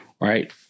right